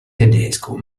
tedesco